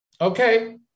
okay